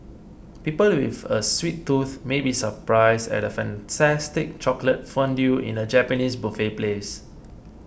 people with a sweet tooth may be surprised at a fantastic chocolate fondue in a Japanese buffet place